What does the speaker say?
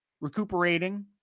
recuperating